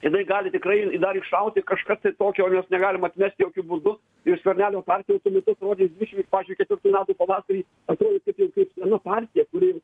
jinai gali tikrai dar iššauti kažkas tai tokio nes negalima atmest jokiu būdu ir skvernelio partija tuo metu atrodė pavyzdžiui dvidešimt ketvirtų metų pavasarį atrodo taip jau kaip sena partija kuri